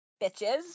Bitches